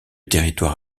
territoire